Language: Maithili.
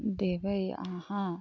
देबै अहाँ